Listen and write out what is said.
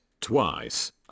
twice